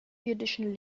irdischen